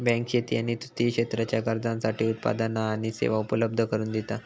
bank शेती आणि तृतीय क्षेत्राच्या गरजांसाठी उत्पादना आणि सेवा उपलब्ध करून दिता